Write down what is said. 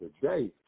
today